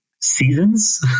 seasons